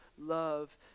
love